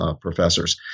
professors